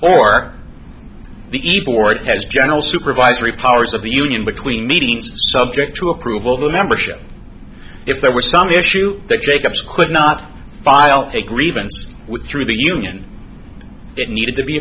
or the board as general supervisory powers of the union between meetings subject to approval of the membership if there were some issue that jacobs quit not file take grievance with through the union it needed to be